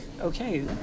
okay